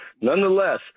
Nonetheless